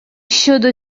щодо